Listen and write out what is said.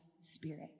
spirit